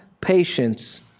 patience